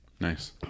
Nice